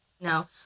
No